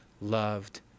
loved